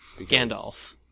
Gandalf